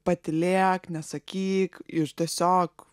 patylėk nesakyk ir tiesiog